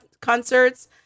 concerts